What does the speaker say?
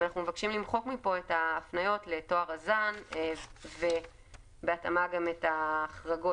ואנחנו מבקשים למחוק פה את ההפניות ל"טוהר הזן" ובהתאמה גם את ההחרגות.